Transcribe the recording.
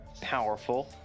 powerful